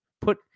put